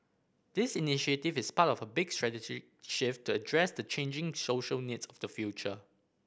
this initiative is part of a big strategic shift to address the changing social needs of the future